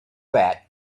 that